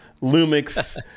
lumix